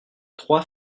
trois